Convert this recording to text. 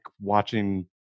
watching